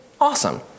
Awesome